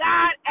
God